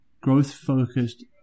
growth-focused